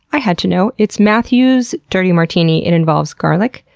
i had to know. it's matthew's dirty martini. it involves garlic,